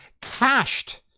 Cached